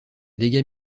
dégâts